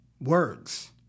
words